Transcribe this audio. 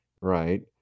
Right